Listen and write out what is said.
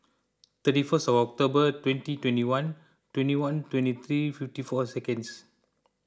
thirty first October twenty twenty one twenty one twenty three fifty four seconds